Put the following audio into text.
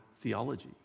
theology